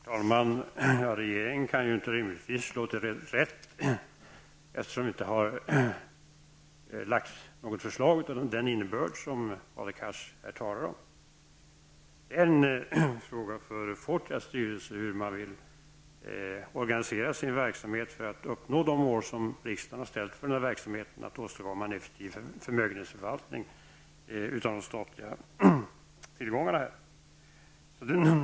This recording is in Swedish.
Herr talman! Regeringen kan rimligtvis inte slå till reträtt, eftersom något förslag av den innbörd som Hadar Cars här talar om inte har lagts fram. Det ankommer på Fortias styrelse att bestämma hur verksamheten skall organiseras för att de mål som riksdagen har satt upp för verksamheten skall kunna uppnås när det gäller att åstadkomma en effektiv förmögenhetsförvaltning av de statliga tillgångarna här.